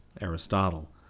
Aristotle